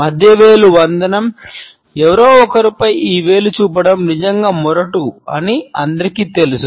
మధ్య వేలు వందనం ఎవరో ఒకరిపై ఈ వేలు చూపడం నిజంగా మొరటు అని అందరికీ తెలుసు